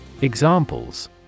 Examples